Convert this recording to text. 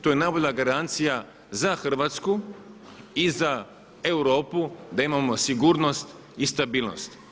To je najbolja garancija za Hrvatsku i za Europu da imamo sigurnost i stabilnost.